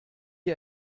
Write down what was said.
ihr